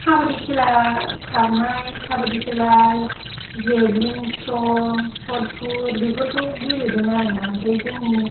काबाद्दि खेला खारनाय काबाद्दि खेला जेब्लिन थ्र' स'थ पुत बेफोरखौ गेलेदों आरोना ओमफ्राय जोंनि